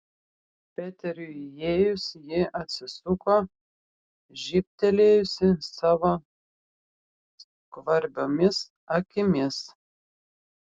peteriui įėjus ji atsisuko žybtelėjusi savo skvarbiomis akimis